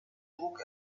druck